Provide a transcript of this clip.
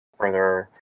further